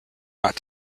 not